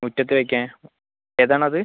മുറ്റത്ത് വെയ്ക്കാൻ ഏതാണത്